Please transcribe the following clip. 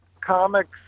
comics